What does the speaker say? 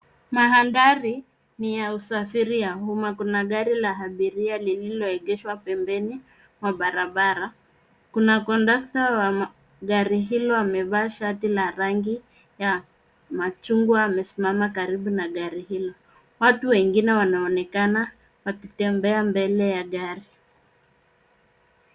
Mandhari ni ya usafiri ya umma. Kuna gari la abiria lililoegeshwa pembeni mwa barabara. Kuna kondakta wa gari hilo amevaa shati la rangi ya machungwa, amesimama karibu na gari hili. Watu wengine wanaonekana wakitembea mbele ya gari.